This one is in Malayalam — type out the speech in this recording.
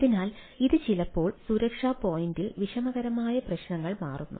അതിനാൽ ഇത് ചിലപ്പോൾ സുരക്ഷാ പോയിന്റിൽ വിഷമകരമായ പ്രശ്നമായി മാറുന്നു